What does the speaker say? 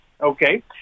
Okay